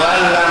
ואללה,